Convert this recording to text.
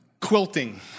quilting